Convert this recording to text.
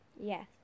Yes